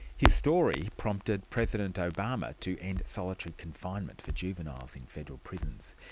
his story prompted president obama to end solitary confinement for juveniles in federal prisons.